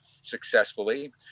successfully